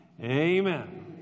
Amen